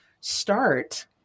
start